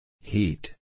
Heat